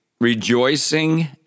rejoicing